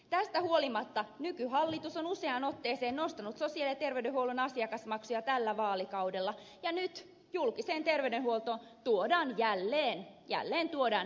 tästä huolimatta nykyhallitus on useaan otteeseen nostanut sosiaali ja terveydenhuollon asiakasmaksuja tällä vaalikaudella ja nyt julkiseen terveydenhuoltoon tuodaan jälleen jälleen tuodaan uusi asiakasmaksu